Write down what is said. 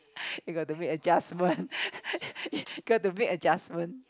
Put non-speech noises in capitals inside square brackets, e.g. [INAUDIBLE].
you got to make adjustment [LAUGHS] you got to make adjustment